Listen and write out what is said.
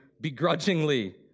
begrudgingly